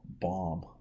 bomb